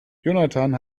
jonathan